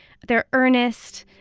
they're earnest,